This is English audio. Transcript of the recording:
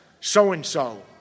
so-and-so